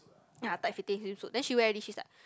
ya tight fitting swimming suit then she wear already she's like